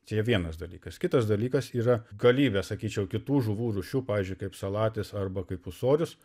čia vienas dalykas kitas dalykas yra galybė sakyčiau kitų žuvų rūšių pavyzdžiui kaip salatis arba kaip ūsorius